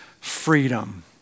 freedom